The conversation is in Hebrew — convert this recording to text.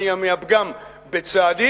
האם היה פגם בצעדים,